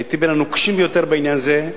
הייתי בין הנוקשים ביותר בעניין זה,